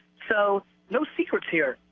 so no secrets here.